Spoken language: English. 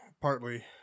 partly